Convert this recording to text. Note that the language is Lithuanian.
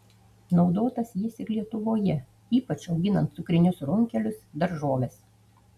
naudotas jis ir lietuvoje ypač auginant cukrinius runkelius daržoves